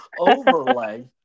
overlay